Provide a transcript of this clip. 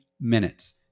minutes